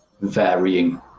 varying